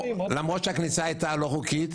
למרות שהכניסה שלהם הייתה לא חוקית?